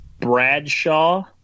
Bradshaw